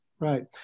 Right